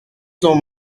sont